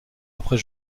après